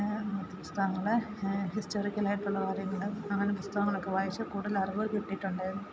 അങ്ങനത്തെ പുസ്തകങ്ങൾ ഹിസ്റ്റോറിക്കലായിട്ടുള്ള കാര്യങ്ങൾ അങ്ങനെ പുസ്തകങ്ങളൊക്കെ വായിച്ച് കൂടുതലറിവ് കിട്ടിയിട്ടുണ്ടായിരുന്നു